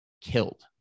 Killed